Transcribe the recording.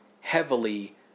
heavily